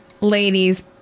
Ladies